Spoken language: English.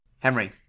Henry